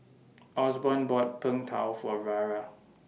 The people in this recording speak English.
Osborn bought Png Tao For Vara